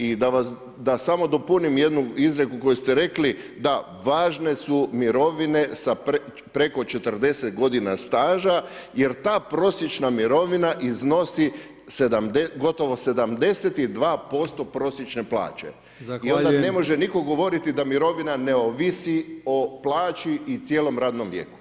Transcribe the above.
I da samo dopunim jednu izreku koju ste rekli da važne su mirovine sa preko 40 godina staža, jer ta prosječna mirovina iznosi gotovo 72% prosječne plaće [[Upadica Brkić: Zahvaljujem.]] I onda ne može nitko govoriti da mirovina ne ovisi o plaći i cijelom radnom vijeku.